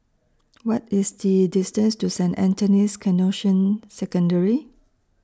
What IS The distance to Saint Anthony's Canossian Secondary